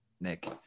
Nick